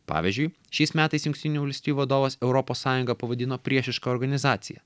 pavyzdžiui šiais metais jungtinių valstijų vadovas europos sąjungą pavadino priešiška organizacija